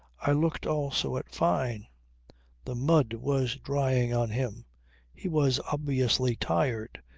i looked also at fyne the mud was drying on him he was obviously tired.